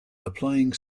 applying